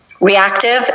reactive